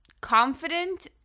confident